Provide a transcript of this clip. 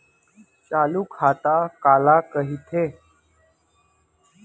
चालू खाता काला कहिथे?